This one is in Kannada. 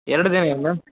ಎರಡು ದಿನ ಏನು ಮ್ಯಾಮ್